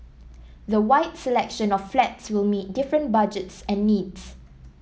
the wide selection of flats will meet different budget and needs